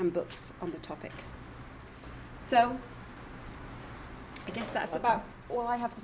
and books on the topic so i guess that's about all i have to